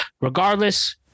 regardless